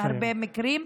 בהרבה מקרים.